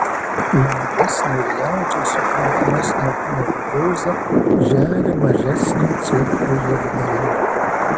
lengvesnio ir liaudžiai suprantamesnio humoro dozę žeria mažesnio cirko juokdariai